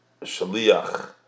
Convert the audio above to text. Shaliach